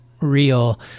real